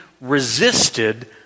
resisted